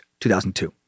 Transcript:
2002